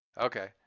Okay